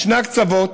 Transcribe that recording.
משני הקצוות,